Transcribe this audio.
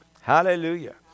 Hallelujah